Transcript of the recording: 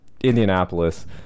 indianapolis